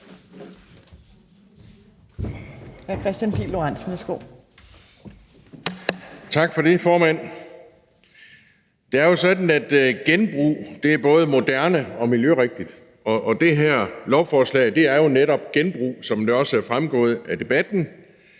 Tak for det, formand. Det er jo sådan, at genbrug er både moderne og miljørigtigt, og det her lovforslag er jo netop genbrug, som det også er fremgået af debatten.